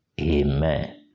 Amen